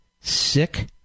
sick